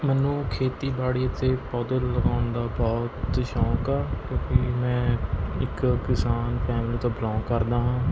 ਮੈਨੂੰ ਖੇਤੀਬਾੜੀ ਅਤੇ ਪੌਦੇ ਲਗਾਉਣ ਦਾ ਬਹੁਤ ਸ਼ੌਂਕ ਆ ਕਿਉਂਕਿ ਮੈਂ ਇੱਕ ਕਿਸਾਨ ਫੈਮਿਲੀ ਤੋਂ ਬਿਲੌਂਗ ਕਰਦਾ ਹਾਂ